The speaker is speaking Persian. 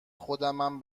خودمم